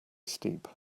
steep